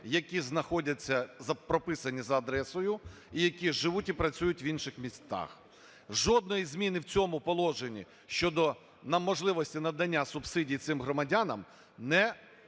які знаходяться, прописані за адресою і які живуть і працюють в інших містах. Жодної зміни в цьому положенні щодо нам можливості надання субсидії цим громадянам не